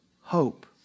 Hope